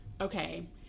okay